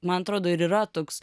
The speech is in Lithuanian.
man atrodo ir yra toks